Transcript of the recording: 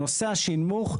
נושא השנמוך,